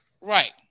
Right